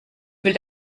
will